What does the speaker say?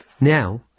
Now